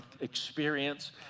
experience